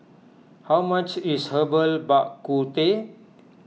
how much is Herbal Bak Ku Teh